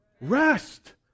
rest